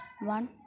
one